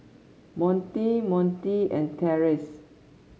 Monte Monte and Terrence